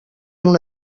una